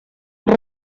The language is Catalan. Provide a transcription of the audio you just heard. els